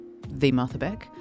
TheMarthaBeck